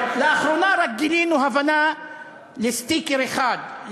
לאחרונה רק גילינו הבנה לסטיקר אחד,